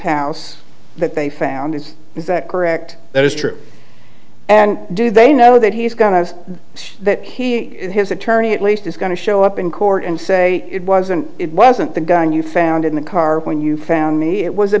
house that they found is that correct that is true and do they know that he's going to have that his attorney at least is going to show up in court and say it wasn't it wasn't the gun you found in the car when you found me it was a